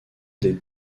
des